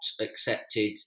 accepted